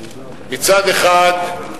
מצד אחד,